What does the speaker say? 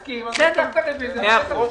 הצעת החוק אושרה פה אחד.